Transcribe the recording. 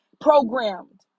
programmed